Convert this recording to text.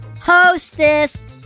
hostess